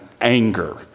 anger